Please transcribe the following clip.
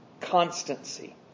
constancy